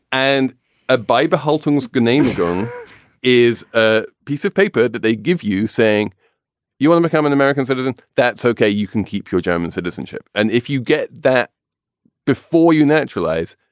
and a bible hulton guy named john is a piece of paper that they give you saying you want to become an american citizen that's ok. you can keep your german citizenship. and if you get that before you naturalize,